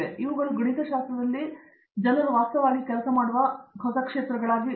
ಸರಿ ಇವುಗಳು ಗಣಿತಶಾಸ್ತ್ರದಲ್ಲಿ ಜನರು ವಾಸ್ತವವಾಗಿ ಕೆಲಸ ಮಾಡುವ ಹೊಸ ಕ್ಷೇತ್ರಗಳಾಗಿವೆ